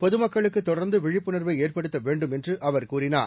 பொதுமக்களுக்கு தொடர்ந்து விழிப்புணர்வை ஏற்படுத்த வேண்டும் என்று அவர் கூறினார்